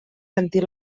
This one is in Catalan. sentir